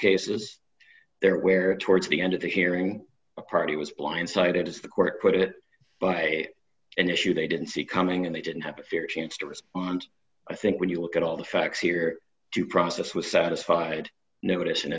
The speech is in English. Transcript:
cases there where towards the end of the hearing the party was blindsided as the court put it but an issue they didn't see coming and they didn't have a fair chance to respond i think when you look at all the facts here due process with satisfied notice